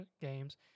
games